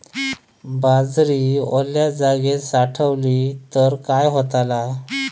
बाजरी वल्या जागेत साठवली तर काय होताला?